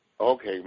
Okay